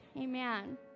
Amen